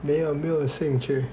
没有没有兴趣